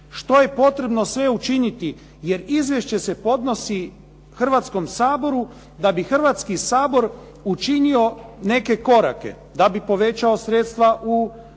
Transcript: što je potrebno sve učiniti jer izvješće se podnosi Hrvatskom saboru da bi Hrvatski sabor učinio neke korake, da bi povećao sredstva u proračunu,